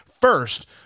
first